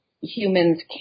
humans